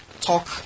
talk